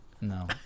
No